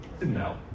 No